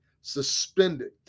suspended